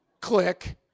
Click